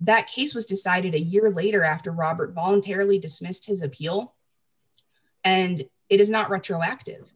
that case was decided a year later after robert voluntarily dismissed his appeal and it is not retroactive